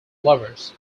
lovers